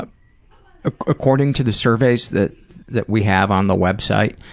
ah ah according to the surveys that that we have on the website,